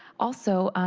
also,